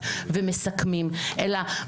היהדות